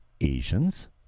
Asians